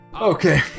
Okay